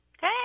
Hey